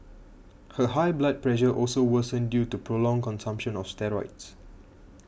her high blood pressure also worsened due to prolonged consumption of steroids